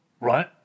Right